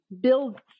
build